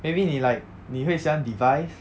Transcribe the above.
maybe 你 like 你会喜欢 device